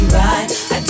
right